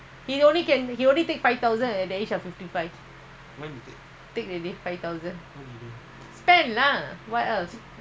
one month house expenses you know a not do you know one month is house expenses thousand four is my house instalment ah thousand four